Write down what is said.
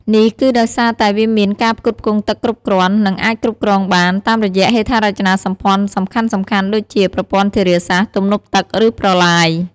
នេះគឺដោយសារតែវាមានការផ្គត់ផ្គង់ទឹកគ្រប់គ្រាន់ និងអាចគ្រប់គ្រងបាន តាមរយៈហេដ្ឋារចនាសម្ព័ន្ធសំខាន់ៗដូចជា ប្រព័ន្ធធារាសាស្ត្រ ទំនប់ទឹក ឬប្រឡាយ។